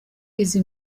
izi